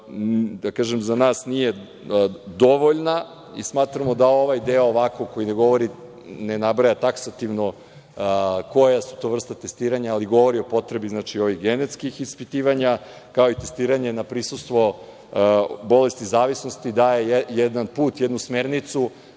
da kažem, za nas nije dovoljna i smatramo da ovaj deo, gde se ne nabraja taksativno koje su te vrste testiranja, ali govori o potrebi genetskih ispitivanja, kao i testiranje na prisustvo bolesti zavisnosti, daje jedan put, jednu smernicu